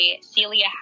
Celia